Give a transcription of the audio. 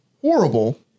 horrible